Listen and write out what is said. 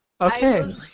Okay